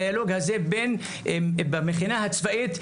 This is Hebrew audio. הדיאלוג הזה במכינה הצבאית,